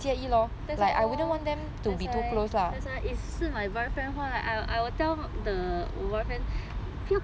that's why that's why if 是 my boyfriend 的话 I will tell the boyfriend 不要跟